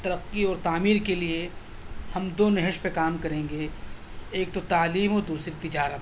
ترقی اور تعمیر کے لیے ہم دو نہج پہ کام کریں گے ایک تو تعلیم اور دوسری تجارت